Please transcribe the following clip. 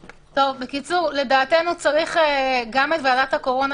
בקיצור, לדעתנו, צריך לשלב גם את ועדת הקורונה.